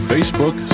Facebook